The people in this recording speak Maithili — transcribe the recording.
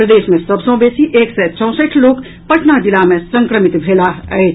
प्रदेश मे सभ सँ बेसी एक सय चौसठि लोक पटना जिला मे संक्रमित भेलाह अछि